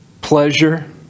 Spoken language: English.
pleasure